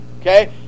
Okay